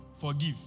Forgive